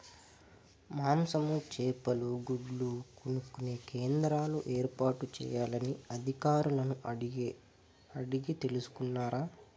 మాంసము, చేపలు, గుడ్లు కొనుక్కొనే కేంద్రాలు ఏర్పాటు చేయాలని అధికారులను అడిగి తెలుసుకున్నారా?